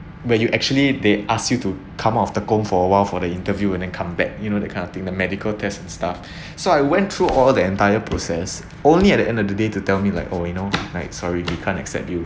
where you actually they ask you to come out of the comb for awhile for the interview and then come back you know that kind of thing the medical tests and stuff so I went through all the entire process only at the end of the day to tell me like oh you know like sorry we can't accept you